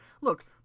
look